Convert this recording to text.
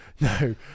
no